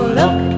look